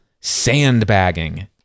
sandbagging